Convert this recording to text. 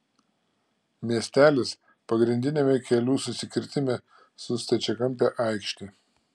miestelis pagrindiniame kelių susikirtime su stačiakampe aikšte